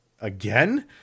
again